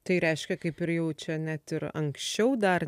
tai reiškia kaip ir jau čia net ir anksčiau dar